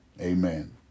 Amen